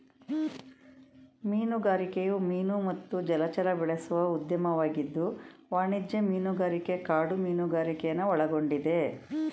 ಮೀನುಗಾರಿಕೆಯು ಮೀನು ಮತ್ತು ಜಲಚರ ಬೆಳೆಸುವ ಉದ್ಯಮವಾಗಿದ್ದು ವಾಣಿಜ್ಯ ಮೀನುಗಾರಿಕೆ ಕಾಡು ಮೀನುಗಾರಿಕೆನ ಒಳಗೊಂಡಿದೆ